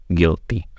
guilty